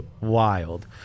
wild